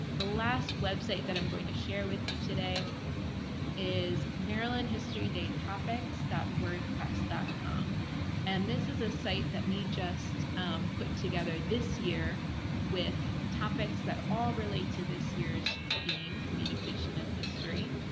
the last website that i'm going to share with you today is maryland history day topics dot wordpress com and this is a site that we just put together this year with topics that all relate to this year's theme communication in history.